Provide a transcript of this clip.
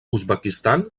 uzbekistan